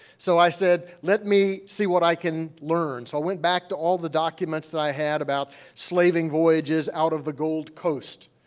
so i said, let me see what i can learn. so i went back to all the documents that i had about slaving voyages out of the gold coast,